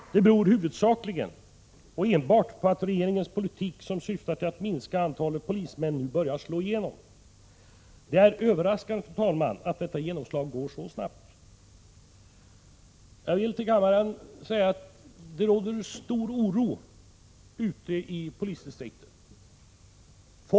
Den beror huvudsakligen på att regeringens politik, som syftar till att minska antalet polismän, nu börjar slå igenom. Det är dock överraskande, fru talman, att detta genomslag går så snabbt. Det råder en stor oro ute i polisdistrikten.